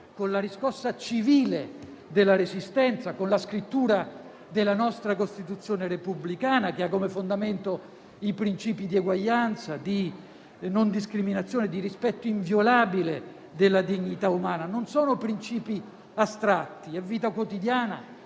con la riscossa civile della Resistenza, con la scrittura della nostra Costituzione repubblicana, che ha come fondamento i principi di eguaglianza, di non discriminazione, di rispetto inviolabile della dignità umana. Non sono principi astratti; è vita quotidiana,